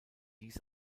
dies